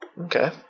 Okay